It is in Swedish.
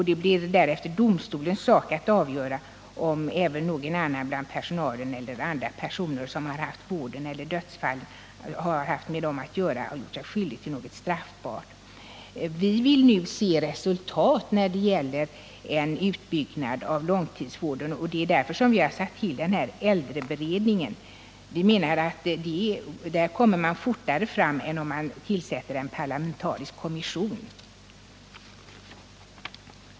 Det blir därefter domstolens sak att avgöra om även någon annan bland personalen eller om andra personer som haft med dödsfallen att göra har gjort sig skyldiga till något straffbart. Vi vill nu få snabba resultat när det gäller utbyggnaden av långtidsvården, och därför har vi tillsatt den här äldreberedningen. Vi menar att man fortare kommer fram genom denna än genom att tillsätta en parlamentarisk kommission.